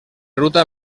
ruta